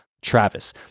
Travis